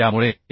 त्यामुळे 1